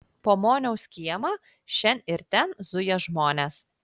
po moniaus kiemą šen ir ten zuja žmonės